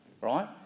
right